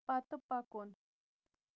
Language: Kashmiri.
پتہٕ پکُن